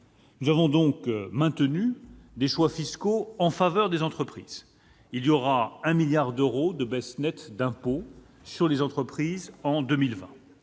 Nous avons donc maintenu des choix fiscaux en faveur des entreprises. Il y aura 1 milliard d'euros de baisse nette d'impôts sur les entreprises en 2020.